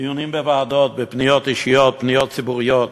בדיונים בוועדות, בפניות אישיות, בפניות ציבוריות,